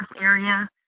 area